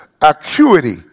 acuity